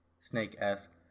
snake-esque